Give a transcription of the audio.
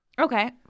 Okay